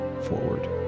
forward